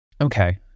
Okay